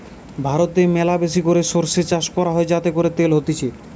ভারতে ম্যালাবেশি করে সরষে চাষ হয় যাতে করে তেল হতিছে